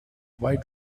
why